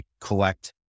collect